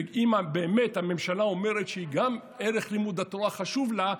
ואם באמת הממשלה אומרת שגם ערך לימוד התורה חשוב לה,